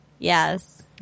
Yes